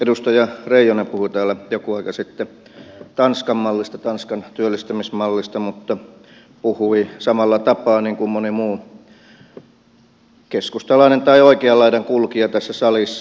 edustaja reijonen puhui täällä joku aika sitten tanskan mallista tanskan työllistämismallista mutta puhui samalla tapaa kuin moni muu keskustalainen tai oikean laidan kulkija tässä salissa